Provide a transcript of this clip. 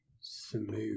smooth